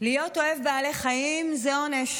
להיות אוהב בעלי חיים זה עונש.